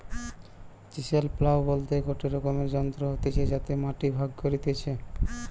chisel plough বলতে গটে রকমকার যন্ত্র হতিছে যাতে মাটি ভাগ করতিছে